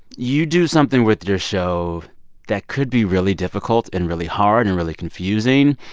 you do something with your show that could be really difficult and really hard and really confusing.